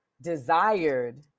Desired